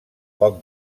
poc